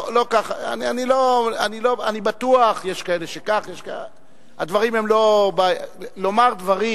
אני בטוח, יש כאלה שכך, יש, לומר דברים,